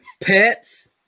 Pets